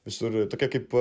visur tokia kaip